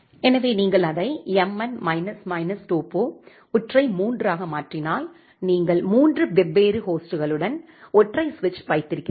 எனவே நீங்கள் அதை mn மைனஸ் மைனஸ் டோபோ ஒற்றை 3 ஆக மாற்றினால் நீங்கள் மூன்று வெவ்வேறு ஹோஸ்ட்களுடன் ஒற்றை சுவிட்ச் வைத்திருக்கிறீர்கள்